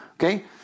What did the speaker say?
Okay